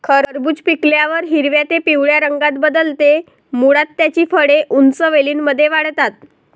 खरबूज पिकल्यावर हिरव्या ते पिवळ्या रंगात बदलते, मुळात त्याची फळे उंच वेलींमध्ये वाढतात